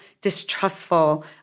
distrustful